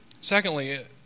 secondly